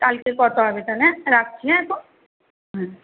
কালকে কথা হবে তাহলে হ্যাঁ রাখছি হ্যাঁ এখন হুম